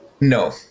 No